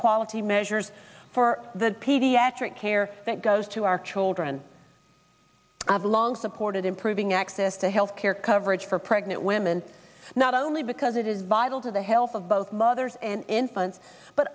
quality measures for the pediatric care that goes to our children have long supported improving access to health care coverage for pregnant women not only because it is vital to the health of both mothers and infants but